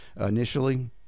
initially